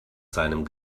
seinem